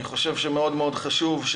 אני חושב שמאוד חשוב,